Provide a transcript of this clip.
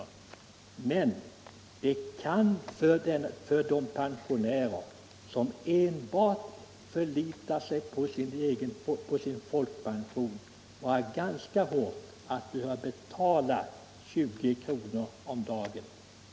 Men i andra fall kan det vara hårt för en person som bara har sin folkpension att behöva betala 20 kr. om dagen.